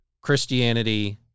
Christianity